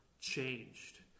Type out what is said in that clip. changed